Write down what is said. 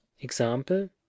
example